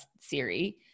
Siri